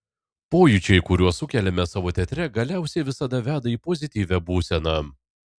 pojūčiai kuriuos sukeliame savo teatre galiausiai visada veda į pozityvią būseną